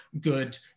good